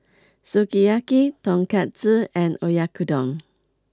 Sukiyaki Tonkatsu and Oyakodon